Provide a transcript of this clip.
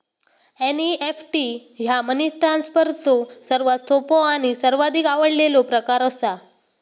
NEFT ह्या money ट्रान्सफरचो सर्वात सोपो आणि सर्वाधिक आवडलेलो प्रकार असा